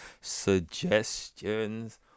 suggestions